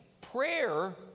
prayer